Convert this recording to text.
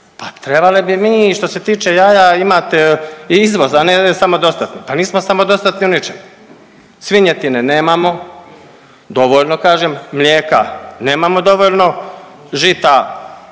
pa trebali bi mi što se tiče jaja imate izvoz, a ne samodostatni. Pa nismo samodostatni u ničem. Svinjetine nemamo dovoljno kažem, mlijeka nemamo dovoljno, žita